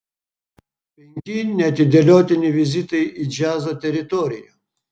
penki neatidėliotini vizitai į džiazo teritoriją